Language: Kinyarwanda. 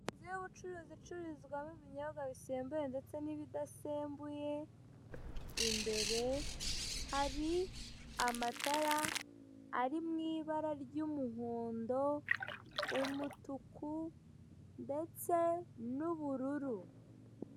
Inzu y'ubucuruzi icururizwamo ibinyobwa bisembuye ndetse n'ibidasembuye, imbere hari amatara ari mu ibara ry'umuhondo, umutuku, ndetse n'ubururu.